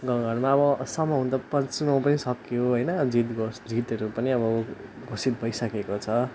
गाउँ घरमा अब सम हुनु त चुनाउ पनि सक्यो होइन है जित होस् जितहरू पनि अब घोषित भइसकेको छ